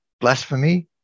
blasphemy